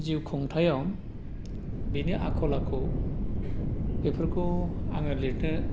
जिउ खुंथायाव बेनि आखल आखु बेफोरखौ आङो लिरनो